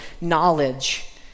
knowledge